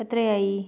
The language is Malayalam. എത്രയായി